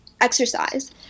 exercise